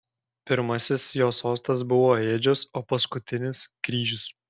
pirmasis jo sostas buvo ėdžios o paskutinis kryžius